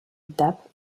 étape